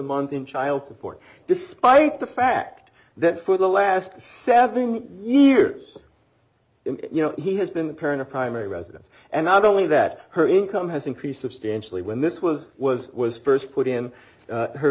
month in child support despite the fact that for the last seven years he has been the parent of primary residence and not only that her income has increased substantially when this was was was first put him her